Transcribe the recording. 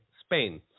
Spain